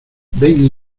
ven